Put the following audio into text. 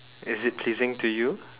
is it pleasing to you